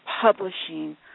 publishing